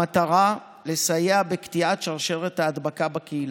המטרה, לסייע בקטיעת שרשרת ההדבקה בקהילה.